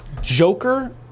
Joker